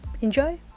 enjoy